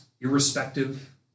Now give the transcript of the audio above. irrespective